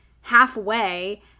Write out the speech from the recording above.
halfway